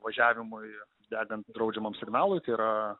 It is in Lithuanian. važiavimui degant draudžiamam signalui tai yra